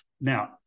Now